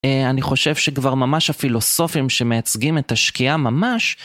אני חושב שכבר ממש הפילוסופים שמייצגים את השקיעה ממש.